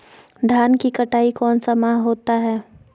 धान की कटाई कौन सा माह होता है?